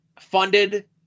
funded